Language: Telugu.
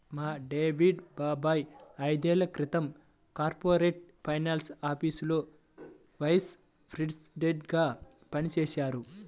మా డేవిడ్ బాబాయ్ ఐదేళ్ళ క్రితం కార్పొరేట్ ఫైనాన్స్ ఆఫీసులో వైస్ ప్రెసిడెంట్గా పనిజేశారు